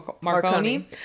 Marconi